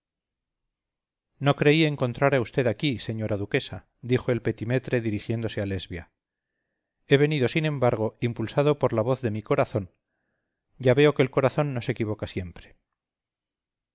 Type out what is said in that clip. no creí encontrar a vd aquí señora duquesa dijo el petimetre dirigiéndose a lesbia he venido sin embargo impulsado por la voz de mi corazón ya veo que el corazón no se equivoca siempre